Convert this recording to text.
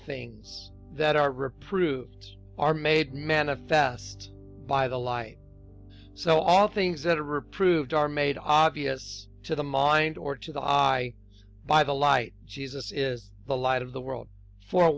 beings that are reprise who are made manifest by the light so all things that are approved are made obvious to the mind or to the hi by the light jesus is the light of the world for